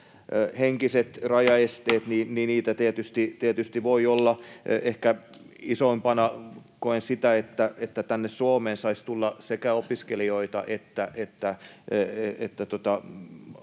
henkiset rajaesteet: niitä tietysti voi olla. Ehkä isoimpana koen sen, että tänne Suomeen saisi tulla sekä opiskelijoita että